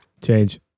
Change